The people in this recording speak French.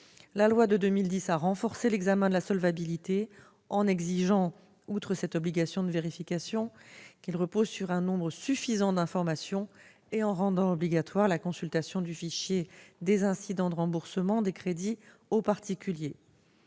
La loi de 2010 a renforcé l'examen de la solvabilité en exigeant non seulement cette vérification, mais aussi qu'elle repose sur un nombre suffisant d'informations. Elle a, en outre, rendu obligatoire la consultation du fichier des incidents de remboursement des crédits aux particuliers.